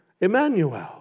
Emmanuel